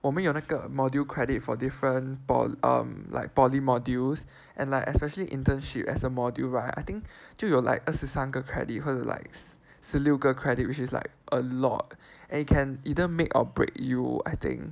我们有那个 module credit for different po~ um like poly modules and like especially internship as a module right I think 就有 like 二十三个 credit 和 like 十六个 credit which is like a lot and you can either make or break you I think